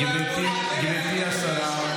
גברתי השרה,